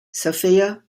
sophia